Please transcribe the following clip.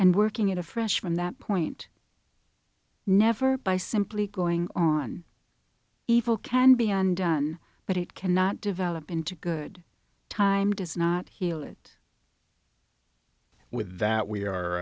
and working in a fresh from that point never by simply going on evil can be undone but it cannot develop into good time does not heal it with that we are